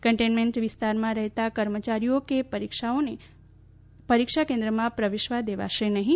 containment વિસ્તારમાં રહેતા કર્મચારીઓ કે પરીક્ષાકોને પરીક્ષા કેન્દ્રમાં પ્રવેશવા દેવાશે નહીં